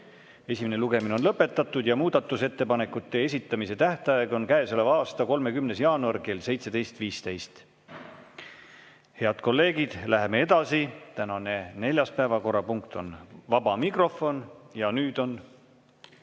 Esimene lugemine on lõpetatud ja muudatusettepanekute esitamise tähtaeg on käesoleva aasta 30. jaanuar kell 17.15. Head kolleegid, läheme edasi. Tänane neljas päevakorrapunkt on vaba mikrofon. Ja nüüd on